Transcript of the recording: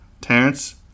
Terrence